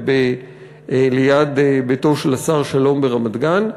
וליד ביתו של השר שלום ברמת-גן,